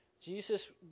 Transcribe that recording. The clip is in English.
Jesus